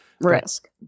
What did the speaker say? risk